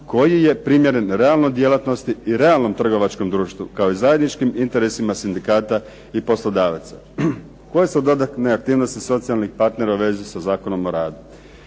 koji je primjeren realno djelatnosti i realnom trgovačkom društvu kao i zajedničkim interesima sindikata i poslodavaca. Koje su dodatne aktivnosti socijalnih partnera u vezi sa Zakonom o radu.